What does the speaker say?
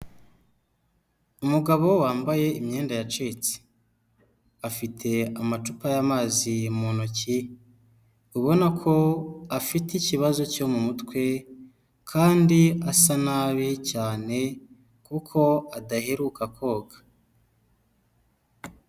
Umugabo wambaye imyenda yacitse, afite amacupa y'amazi mu ntoki, ubona ko afite ikibazo cyo mu mutwe kandi asa nabi cyane kuko adaheruka koga.